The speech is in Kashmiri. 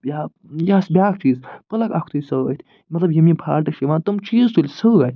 یا یہِ حظ بیٛاکھ چیٖز پٕلگ اَکھ تُلۍ سۭتۍ مطلب یِم یِم فالٹ چھِ یِوان تِم چیٖز تُلۍ سۭتۍ